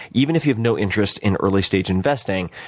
even if you have no interest in early stage investing,